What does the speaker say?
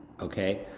okay